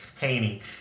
Haney